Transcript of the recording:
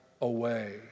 away